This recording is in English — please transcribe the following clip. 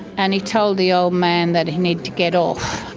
and he told the old man that he needed to get off.